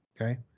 okay